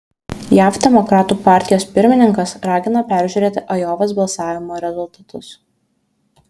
jav demokratų partijos pirmininkas ragina peržiūrėti ajovos balsavimo rezultatus